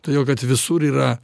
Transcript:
todėl kad visur yra